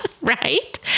right